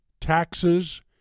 taxes